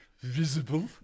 visible